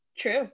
true